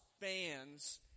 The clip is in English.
fans